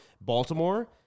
Baltimore